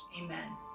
Amen